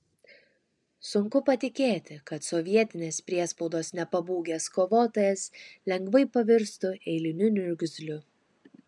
sunku patikėti kad sovietinės priespaudos nepabūgęs kovotojas lengvai pavirstų eiliniu niurgzliu